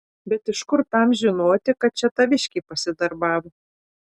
bet iš kur tam žinoti kad čia taviškiai pasidarbavo